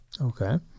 Okay